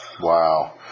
Wow